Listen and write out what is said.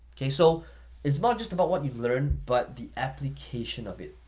okay? so it's not just about what you've learned but the application of it,